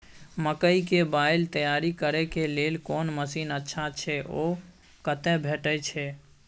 मकई के बाईल तैयारी करे के लेल कोन मसीन अच्छा छै ओ कतय भेटय छै